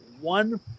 one